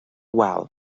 wal